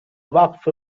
وقف